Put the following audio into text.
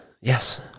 yes